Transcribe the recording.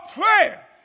prayer